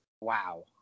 Wow